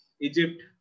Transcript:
Egypt